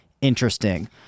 interesting